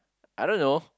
I don't know